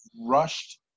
rushed